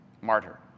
Martyr